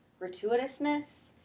gratuitousness